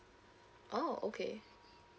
oh okay